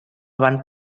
van